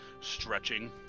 stretching